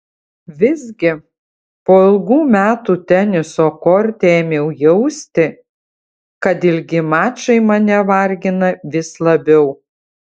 visgi po ilgų metų teniso korte ėmiau jausti kad ilgi mačai mane vargina vis labiau